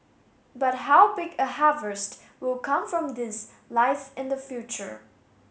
but how big a harvest will come from this lies in the future